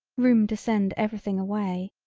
room to send everything away,